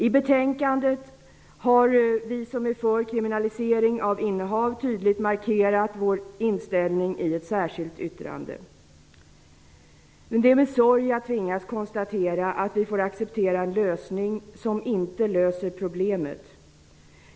I betänkandet har vi som är för kriminalisering av innehav tydligt markerat vår inställning i ett särskilt yttrande. Det är med sorg som jag tvingas konstatera att vi får acceptera en lösning som inte kommer att lösa problemet.